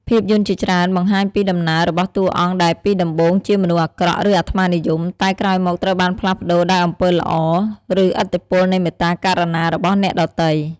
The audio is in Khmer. ភាពយន្តជាច្រើនបង្ហាញពីដំណើររបស់តួអង្គដែលពីដំបូងជាមនុស្សអាក្រក់ ឬអាត្មានិយម តែក្រោយមកត្រូវបានផ្លាស់ប្ដូរដោយអំពើល្អ ឬឥទ្ធិពលនៃមេត្តាករុណារបស់អ្នកដទៃ។